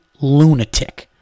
lunatic